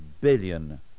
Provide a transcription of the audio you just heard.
billion